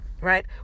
Right